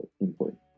important